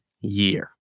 year